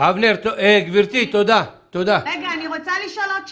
אני רוצה לשאול עוד שאלה.